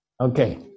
Okay